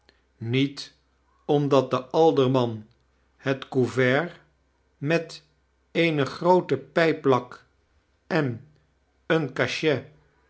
niet omdat de alderman jiet couvert met eene groote pijp ink en een cachet